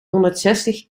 honderdzestig